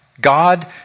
God